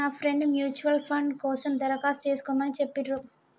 నా friend mutual fund కోసం దరఖాస్తు చేస్కోమని చెప్పిర్రు